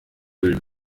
müll